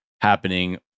happening